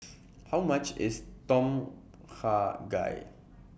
How much IS Tom Kha Gai